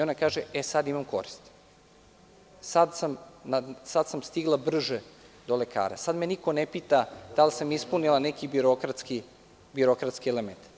Ona kaže – e, sada imam korist, sad sam stigla brže do lekara, sad me niko ne pita da li sam ispunila neki birokratski element.